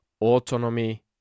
autonomy